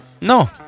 No